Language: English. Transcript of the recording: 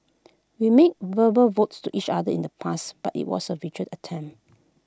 we made verbal votes to each other in the past but IT was A vi gin attempt